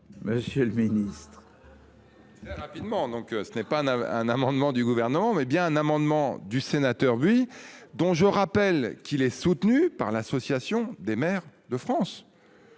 Monsieur le ministre. Rapidement, donc ce n'est pas un amendement du gouvernement mais bien un amendement. Du sénateur Buy dont je rappelle qu'il est soutenu par l'Association des maires de France.